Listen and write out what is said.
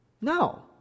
No